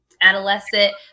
adolescent